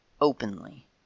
openly